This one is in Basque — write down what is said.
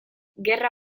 gerra